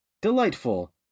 delightful